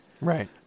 Right